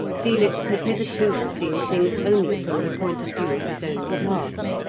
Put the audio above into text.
felix had hitherto seen things only from the point of view of his own class.